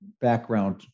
background